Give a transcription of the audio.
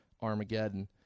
Armageddon